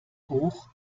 hoch